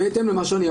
פרידמן.